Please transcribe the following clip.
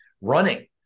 running